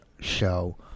show